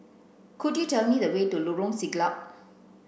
could you tell me the way to Lorong Siglap